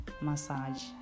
massage